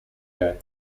day